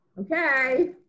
Okay